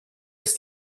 ist